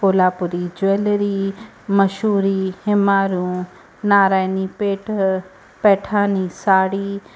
Kolhapuri jewellery Mashru Himroo Narayanpet Paithani sari